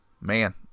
man